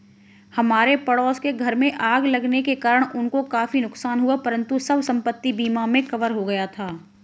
हमारे पड़ोस के घर में आग लगने के कारण उनको काफी नुकसान हुआ परंतु सब संपत्ति बीमा में कवर हो गया था